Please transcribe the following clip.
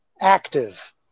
active